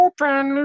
Open